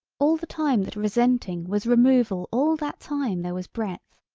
all the time that resenting was removal all that time there was breadth.